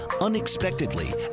unexpectedly